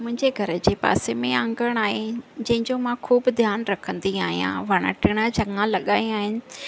मुंहिंजे घरु जे पासे में आंगण आहे जंहिंजो मां ख़ूब धियानु रखंदी आहियां वण टिण चंङा लॻाया आहिनि